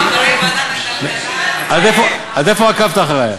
עד איפה עקבת אחרי?